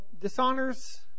dishonors